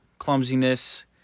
clumsiness